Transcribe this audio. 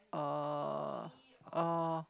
oh oh